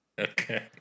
Okay